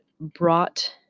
brought